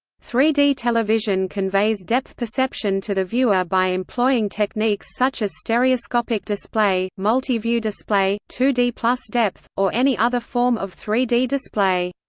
three d television conveys depth perception to the viewer by employing techniques such as stereoscopic display, multi-view display, two d plus depth, or any other form of three d display.